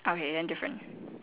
okay then different